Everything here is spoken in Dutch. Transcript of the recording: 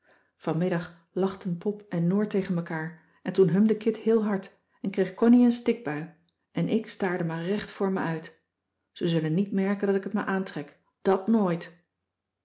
vanmiddag lachten pop en noor tegen mekaar en toen humde kit heel hard en kreeg connie een stikbui en ik staarde maar recht voor me uit ze zullen niet merken dat ik het me aantrek dat nooit